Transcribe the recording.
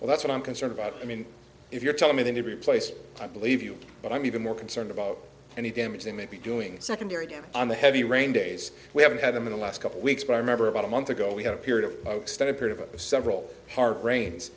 well that's what i'm concerned about i mean if you're telling me they may be a place i believe you but i'm even more concerned about any damage they may be doing secondary get on the heavy rain days we haven't had in the last couple weeks but i remember about a month ago we had a period of extended period of several hard rains